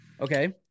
Okay